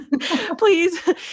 please